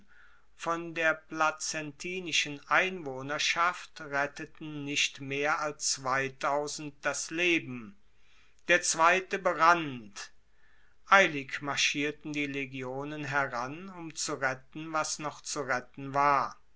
von der placentinischen einwohnerschaft retteten nicht mehr als das leben der zweite berannt eilig marschierten die legionen heran um zu retten was noch zu retten war